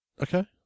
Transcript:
Okay